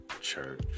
church